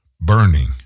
burning